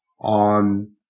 on